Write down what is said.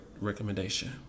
recommendation